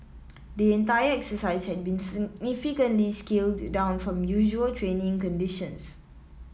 the entire exercise had been significantly scaled down from usual training conditions